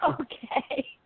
Okay